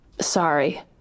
Sorry